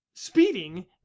speeding